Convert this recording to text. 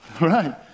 Right